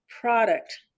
product